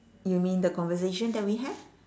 you mean the conversation that we have